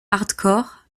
hardcore